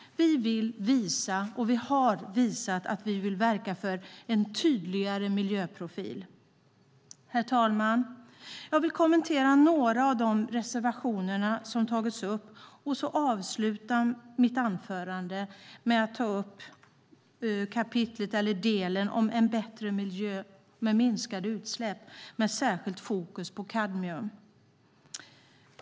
Vi vill visa, och vi har visat att vi vill verka för en tydligare miljöprofil. Herr talman! Jag vill kommentera några av de reservationer som har tagits upp och avsluta mitt anförande med att ta upp avsnittet om en bättre miljö med minskade utsläpp, med särskilt fokus på kadmium.